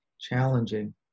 challenging